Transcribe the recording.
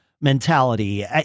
mentality